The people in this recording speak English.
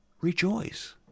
Rejoice